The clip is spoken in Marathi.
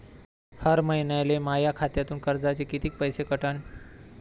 हर महिन्याले माह्या खात्यातून कर्जाचे कितीक पैसे कटन?